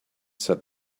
said